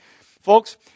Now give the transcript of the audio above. Folks